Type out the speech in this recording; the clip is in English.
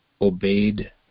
obeyed